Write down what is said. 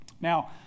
Now